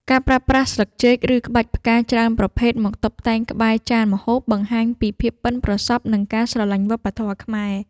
ការប្រើប្រាស់ស្លឹកចេក ឬក្បាច់ផ្កាច្រើនប្រភេទមកតុបតែងក្បែរចានម្ហូប បង្ហាញពីភាពប៉ិនប្រសប់ និងការស្រឡាញ់វប្បធម៌ខ្មែរ។